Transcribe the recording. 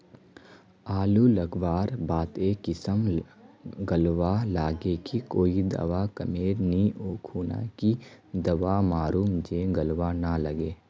आलू लगवार बात ए किसम गलवा लागे की कोई दावा कमेर नि ओ खुना की दावा मारूम जे गलवा ना लागे?